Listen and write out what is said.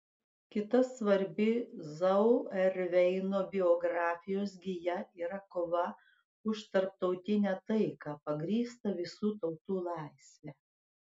kita svarbi zauerveino biografijos gija yra kova už tarptautinę taiką pagrįstą visų tautų laisve